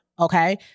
Okay